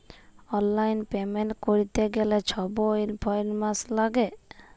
অললাইল পেমেল্ট ক্যরতে গ্যালে ছব ইলফরম্যাসল ল্যাগে